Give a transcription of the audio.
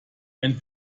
and